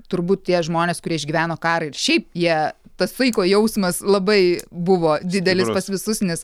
turbūt tie žmonės kurie išgyveno karą ir šiaip jie tas saiko jausmas labai buvo didelis pas visus nes